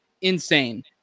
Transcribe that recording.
insane